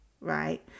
right